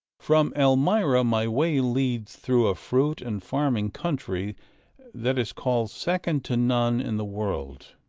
from elmira my way leads through a fruit and farming country that is called second to none in the world.